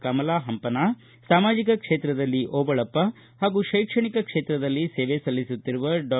ಕಮಲಾ ಪಂಪನಾ ಸಾಮಾಜಿಕ ಕ್ಷೇತ್ರದಲ್ಲಿ ಓಬಳಪ್ಪ ಹಾಗೂ ಶೈಕ್ಷಣಿಕ ಕ್ಷೇತ್ರದಲ್ಲಿ ಸೇವೆ ಸಲ್ಲಿಸುತ್ತಿರುವ ಡಾ